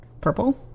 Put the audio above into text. purple